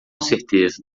certeza